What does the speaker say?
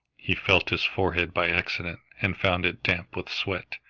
he felt his forehead by accident and found it damp with sweat.